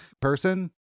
person